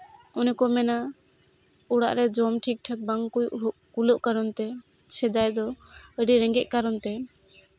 ᱚᱱᱮᱠᱚ ᱢᱮᱱᱟ ᱚᱲᱟᱜ ᱨᱮ ᱡᱚᱢ ᱴᱷᱤᱠ ᱴᱷᱟᱠ ᱵᱟᱝ ᱠᱚ ᱠᱩᱞᱟᱹᱜ ᱠᱟᱨᱚᱱᱛᱮ ᱥᱮᱫᱟᱭ ᱫᱚ ᱟᱹᱰᱤ ᱨᱮᱜᱮᱸᱡ ᱠᱟᱨᱚᱱᱛᱮ